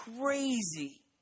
crazy